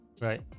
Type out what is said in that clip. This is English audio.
right